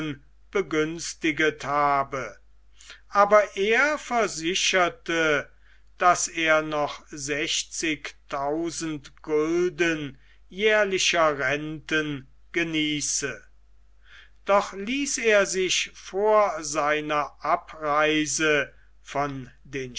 begünstiget habe aber er versicherte daß er noch sechstausend gulden jährlicher renten genieße doch ließ er sich vor seiner abreise von den